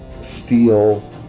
steel